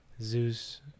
Zeus